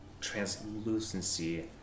translucency